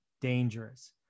dangerous